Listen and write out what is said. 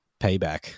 payback